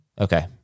Okay